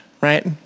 right